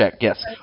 yes